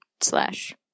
slash